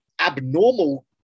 abnormal